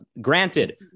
Granted